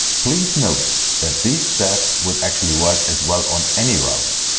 please note that these steps would actually work as well on any router.